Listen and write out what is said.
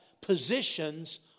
positions